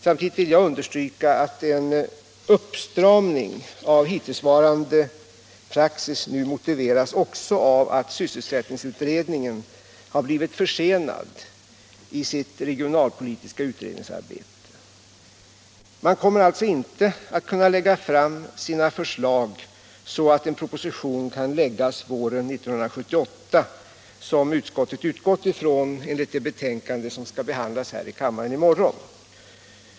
Samtidigt vill jag understryka att en uppstramning av hittillsvarande praxis nu motiveras också av att sysselsättningsutredningen har blivit försenad i sitt regionalpolitiska utredningsarbete. Den kommer alltså inte att kunna lägga fram sina förslag så att en proposition kan läggas våren 1978, vilket utskottet har utgått från enligt det betänkande som skall behandlas här i kammaren i morgon.